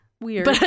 Weird